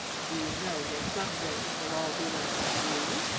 do you know that some day it will all belong to you,